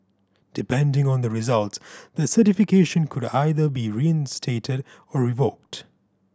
depending on the results the certification could either be reinstated or revoked